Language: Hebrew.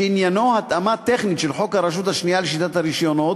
שעניינו התאמה טכנית של חוק הרשות השנייה לשיטת הרישיונות,